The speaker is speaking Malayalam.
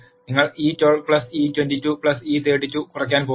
നിങ്ങൾ e12 e22 e32 കുറയ്ക്കാൻ പോകുന്നു